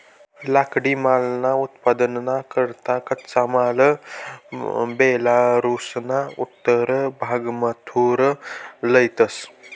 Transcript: लाकडीमालना उत्पादनना करता कच्चा माल बेलारुसना उत्तर भागमाथून लयतंस